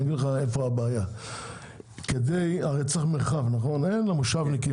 אני אגיד לך איפה הבעיה: אין למושבניקים